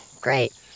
Great